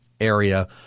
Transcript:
area